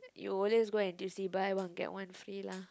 you'll always go N_T_U_C buy one get one free lah